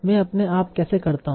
मैं अपने आप कैसे करता हूं